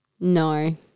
No